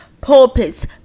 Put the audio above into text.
pulpits